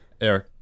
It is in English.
Eric